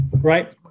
right